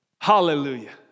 Hallelujah